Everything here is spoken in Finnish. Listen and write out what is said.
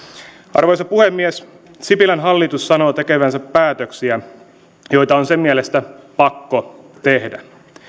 arvoisa puhemies sipilän hallitus sanoo tekevänsä päätöksiä joita on sen mielestä pakko tehdä